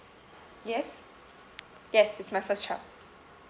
yes yes it's my first child